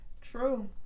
True